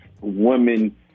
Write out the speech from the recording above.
women